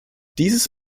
dieses